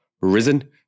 risen